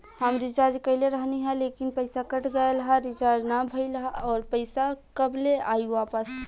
हम रीचार्ज कईले रहनी ह लेकिन पईसा कट गएल ह रीचार्ज ना भइल ह और पईसा कब ले आईवापस?